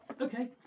Okay